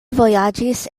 vojaĝis